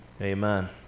Amen